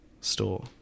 Store